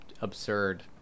absurd